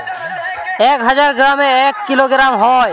এক হাজার গ্রামে এক কিলোগ্রাম হয়